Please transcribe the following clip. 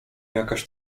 jakaś